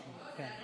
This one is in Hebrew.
לא,